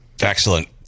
Excellent